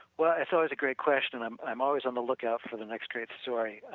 well it's always a great question and i'm i'm always on the lookout for the next great story,